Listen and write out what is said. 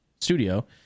studio